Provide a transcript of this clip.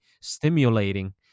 stimulating